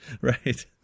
Right